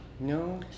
no